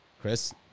Chris